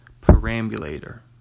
Perambulator